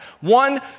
One